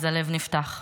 הלב נפתח.